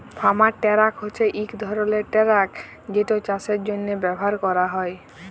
farm truck হছে ইক ধরলের টেরাক যেট চাষের জ্যনহে ব্যাভার ক্যরা হয়